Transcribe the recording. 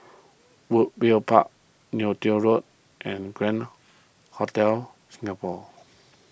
Park Neo Tiew Road and Grand Singapore